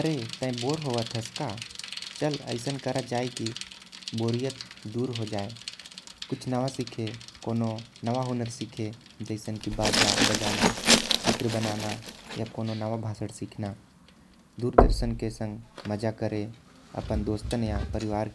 अरे तै बोर होएत हस का। चल कुछ नया सीखत ही कुछ नया हुनर सीखत। ही जैसे कि बाज बजाना खेल खेलत ही चित्र बनात ही। कोनो नया भाषा सीखत ही किताब पढ़त ही। अउ संगता मन के